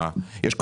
יש,